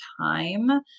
time